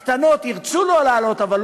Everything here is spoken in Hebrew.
שמולי אמר שבמפלגת העבודה,